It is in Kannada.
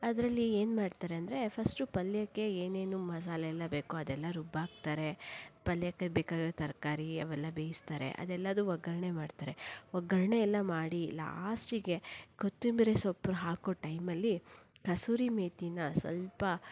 ಅದರಲ್ಲಿ ಏನು ಮಾಡ್ತಾರೆಂದರೆ ಫಸ್ಟು ಪಲ್ಯಕ್ಕೆ ಏನೇನು ಮಸಾಲೆಯೆಲ್ಲ ಬೇಕೋ ಅದೆಲ್ಲ ರುಬ್ಬಾಕ್ತಾರೆ ಪಲ್ಯಕ್ಕೆ ಬೇಕಾದ ತರಕಾರಿ ಅವೆಲ್ಲ ಬೇಯಿಸ್ತಾರೆ ಅದೆಲ್ಲವು ಒಗ್ಗರಣೆ ಮಾಡ್ತಾರೆ ಒಗ್ಗರಣೆಯೆಲ್ಲ ಮಾಡಿ ಲಾಸ್ಟಿಗೆ ಕೊತ್ತಂಬರಿ ಸೊಪ್ಪು ಹಾಕೋ ಟೈಮಲ್ಲಿ ಕಸೂರಿಮೇಥಿನ ಸ್ವಲ್ಪ